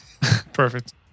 Perfect